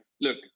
look